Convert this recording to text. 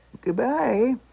Goodbye